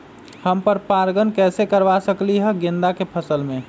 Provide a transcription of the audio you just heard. हम पर पारगन कैसे करवा सकली ह गेंदा के फसल में?